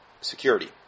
Security